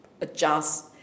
adjust